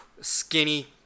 skinny